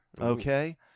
okay